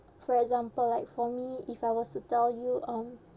for example like for me if I was to tell you um